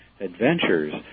adventures